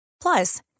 Plus